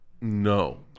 No